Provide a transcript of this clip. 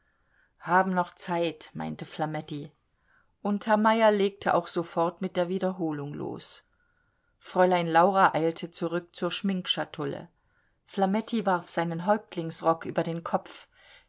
haben noch zeit meinte flametti und herr meyer legte auch sofort mit der wiederholung los fräulein laura eilte zurück zur schminkschatulle flametti warf seinen häuptlingsrock über den kopf